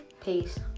peace